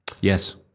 Yes